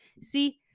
See